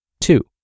Two